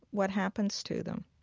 what happens to them?